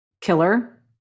killer